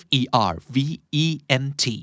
Fervent